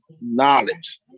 knowledge